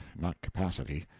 not capacity.